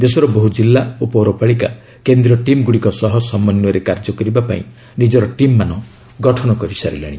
ଦେଶର ବହୁ ଜିଲ୍ଲା ଓ ପୌରପାଳିକା କେନ୍ଦ୍ରୀୟ ଟିମ୍ଗୁଡ଼ିକ ସହ ସମନ୍ୱୟରେ କାର୍ଯ୍ୟ କରିବା ପାଇଁ ନିଜର ଟିମ୍ମାନ ଗଠନ କରିସାରିଲେଣି